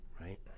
Right